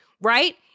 right